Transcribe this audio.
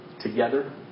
together